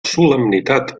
solemnitat